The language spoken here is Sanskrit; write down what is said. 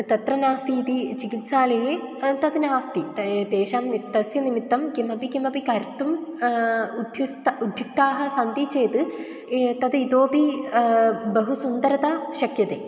तत्र नास्ति इति चिकित्सालये तद् नास्ति ते तेषां तस्य निमित्तं किमपि किमपि कर्तुम् उद्ध्युक्ताः उद्ध्युक्ताः सन्ति चेत् तद् इतोऽपि बहु सुन्दरता शक्यते